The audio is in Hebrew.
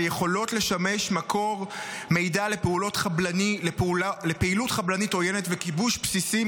ויכולות לשמש מקור מידע לפעילות חבלנית עוינת וכיבוש בסיסים,